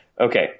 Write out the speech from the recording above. Okay